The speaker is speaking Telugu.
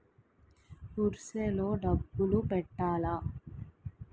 పుర్సె లో డబ్బులు పెట్టలా?